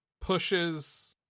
pushes